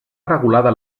regulada